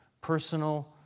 personal